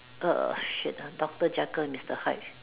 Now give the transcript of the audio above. a shit ah doctor Jekyll and mister Hyde